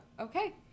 okay